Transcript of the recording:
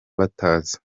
batazi